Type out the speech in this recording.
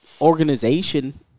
organization